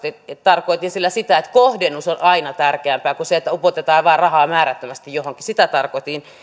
tarkoitin sillä sitä että kohdennus on aina tärkeämpää kuin se että upotetaan vain rahaa määrättömästi johonkin sitä tarkoitin